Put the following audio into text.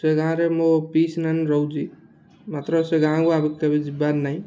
ସେ ଗାଁରେ ମୋ ପିଉସୀ ନାନୀ ରହୁଛି ମାତ୍ର ସେ ଗାଁକୁ କେବେ ଯିବାର ନାହିଁ